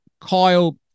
kyle